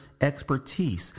expertise